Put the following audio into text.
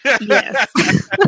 Yes